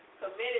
committed